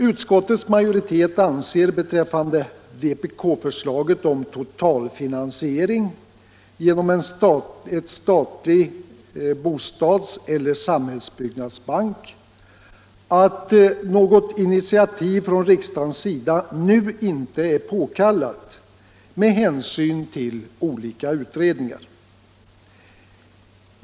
Utskottets majoritet anser beträffande vpk-förslaget om totalfinansiering genom en statlig bostadseller samhällsbyggnadsbank att något initiativ från riksdagens sida nu inte är påkallat med hänsyn till olika utredningar.